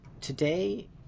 today